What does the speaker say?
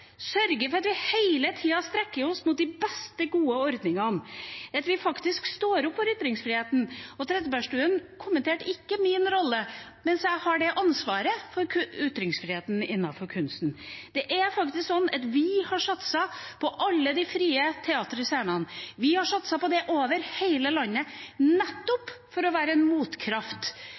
at vi hele tiden strekker oss mot de beste av de gode ordningene, og at vi faktisk står opp for ytringsfriheten. Trettebergstuen kommenterte ikke min rolle, men jeg har ansvaret for ytringsfriheten innenfor kunsten. Det er faktisk sånn at vi har satset på alle de frie teaterscenene. Vi har satset på det over hele landet nettopp for å være en motkraft